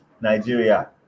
Nigeria